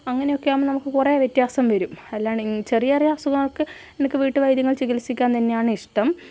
അങ്ങനെയൊക്കെ ആകുമ്പോൾ നമുക്ക് കുറേ വ്യത്യാസം വരും അല്ല ചെറിയ ചെറിയ അസുഖങ്ങൾക്ക് എനിക്ക് വീട്ടുവൈദ്യങ്ങൾ ചികിത്സിക്കാൻ തന്നെയാണ് ഇഷ്ടം